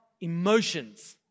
emotions